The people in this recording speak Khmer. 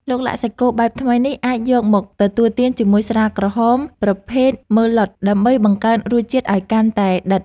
ឡុកឡាក់សាច់គោបែបថ្មីនេះអាចយកមកទទួលទានជាមួយស្រាក្រហមប្រភេទម៉ឺឡុតដើម្បីបង្កើនរសជាតិឱ្យកាន់តែដិត។